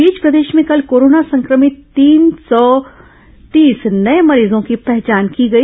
इस बीच प्रदेश में कल कोरोना संक्रभित तीन सौ तीस नये मरीजों की पहचान की गई